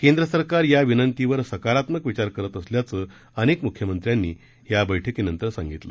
केंद्र सरकार या विनंतीवर सकारात्मक विचार करत असल्याचं अनेक मुख्यमंत्र्यांनी या बैठकीनंतर सांगितलं